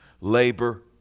Labor